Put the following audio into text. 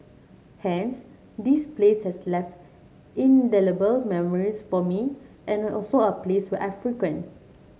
hence this place has left indelible memories for me and also a place where I frequent